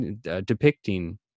depicting